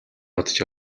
бодож